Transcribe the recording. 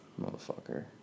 Motherfucker